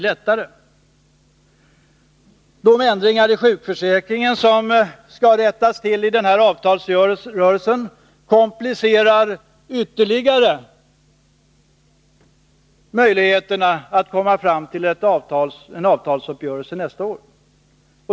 De föreslagna ändringarna i sjukförsäkringen, som skall regleras i den kommande avtalsrörelsen, kommer att ytterligare försvåra möjligheterna att nå en uppgörelse nästa år.